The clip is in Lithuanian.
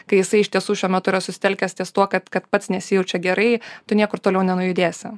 kai jisai iš tiesų šiuo metu yra susitelkęs ties tuo kad kad pats nesijaučia gerai tu niekur toliau nenujudėsi